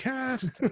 Cast